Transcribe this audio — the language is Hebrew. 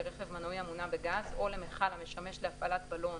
לרכב מנועי המונע בגז או למכל המשמש להפעלת בלון